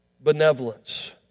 benevolence